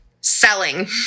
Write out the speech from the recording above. Selling